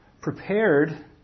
prepared